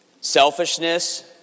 Selfishness